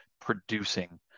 producing